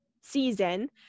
season